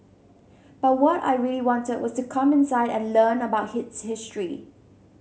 but what I really wanted was to come inside and learn about its history